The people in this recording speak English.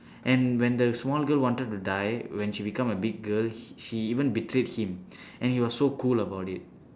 and when the small girl wanted to die when she become a big girl he even betrayed him and he was so cool about it